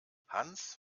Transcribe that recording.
hans